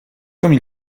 comme